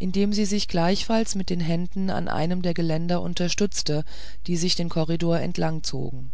indem sie sich gleichfalls mit den händen an einem der geländer unterstützte die sich den korridor entlangzogen